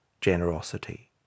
generosity